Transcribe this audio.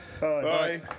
bye